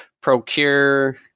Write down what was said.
procure